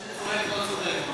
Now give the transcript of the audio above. מי שצועק לא צודק.